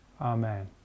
Amen